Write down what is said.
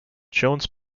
jones